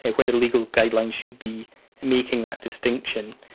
and whether legal guidelines should be making that distinction.